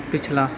ਪਿਛਲਾ